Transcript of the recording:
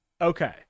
Okay